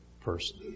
person